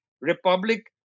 republic